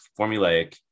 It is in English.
formulaic